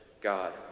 God